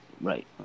Right